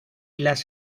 las